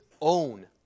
own